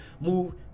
move